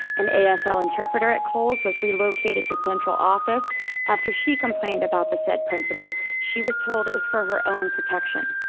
an asl interpreter at coles was relocated to central office after she complained about the said principal. she was told it was for her own protection.